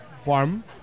farm